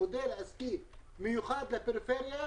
מודל עסקי מיוחד לפריפריה,